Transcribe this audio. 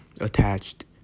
attached